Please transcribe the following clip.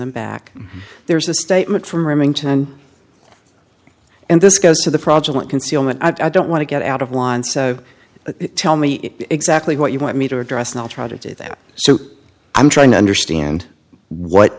them back there's a statement from remington and this goes to the project at concealment i don't want to get out of line so tell me exactly what you want me to address and i'll try to do that so i'm trying to understand what